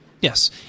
Yes